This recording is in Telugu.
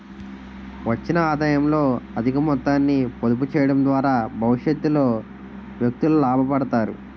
వచ్చిన ఆదాయంలో అధిక మొత్తాన్ని పొదుపు చేయడం ద్వారా భవిష్యత్తులో వ్యక్తులు లాభపడతారు